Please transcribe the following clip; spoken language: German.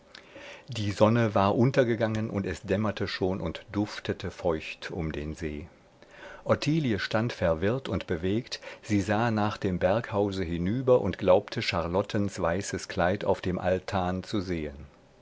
die sonne war untergegangen und es dämmerte schon und duftete feucht um den see ottilie stand verwirrt und bewegt sie sah nach dem berghause hinüber und glaubte charlottens weißes kleid auf dem altan zu sehen